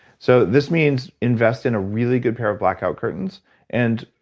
so this means invest in a really good pair of blackout curtains and,